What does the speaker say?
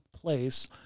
place